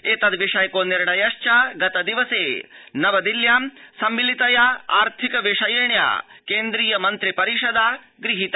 एतद् विषयको निर्णयश्च गतदिवसे नवदिल्ल्यां सम्मिलितया आर्थिक विषयिण्या केन्द्रीय मन्त्रि परिषदा गृहीत